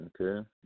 Okay